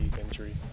injury